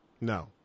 No